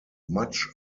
much